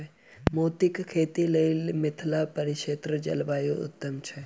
मोतीक खेती केँ लेल मिथिला परिक्षेत्रक जलवायु उत्तम छै?